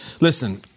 Listen